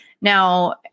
Now